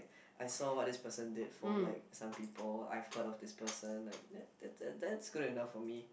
I saw what this person did for like some people I've heard of this person like that's that's that's good enough for me